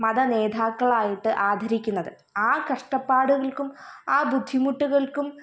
മതനേതാക്കളായിട്ട് ആദരിക്കുന്നത് ആ കഷ്ടപ്പാടുകൾക്കും ആ ബുദ്ധിമുട്ടുകൾക്കും